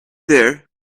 there